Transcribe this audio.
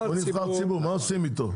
מה עושים איתו?